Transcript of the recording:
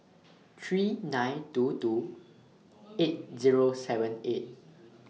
three nine two two eight Zero seven eight